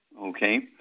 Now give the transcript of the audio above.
Okay